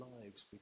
lives